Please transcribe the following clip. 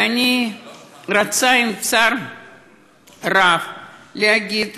ואני רוצה, בצער רב, להגיד